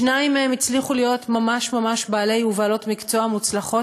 שניים מהם הצליחו להיות ממש ממש בעלי ובעלות מקצוע מוצלחות,